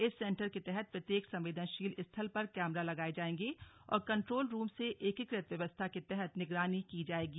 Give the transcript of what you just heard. इस सेन्टर के तहत प्रत्येक संवेदनशील स्थल पर कैमरा लगाये जायेंगे और कंट्रोल रूम से एकीकृत व्यवस्था के तहत निगरानी की जायेगी